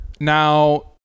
now